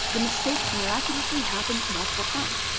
the mistake miraculously happened multiple times.